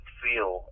feel